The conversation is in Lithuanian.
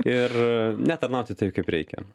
ir netarnauti taip kaip reikia